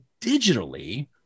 digitally